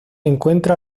encuentra